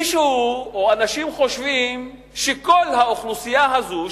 מישהו או אנשים חושבים שכל האוכלוסייה הזו,